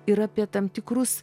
ir apie tam tikrus